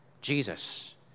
Jesus